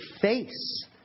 face